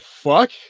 fuck